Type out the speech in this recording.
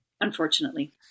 Unfortunately